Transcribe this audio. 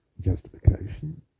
justification